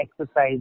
exercise